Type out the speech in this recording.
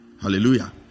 hallelujah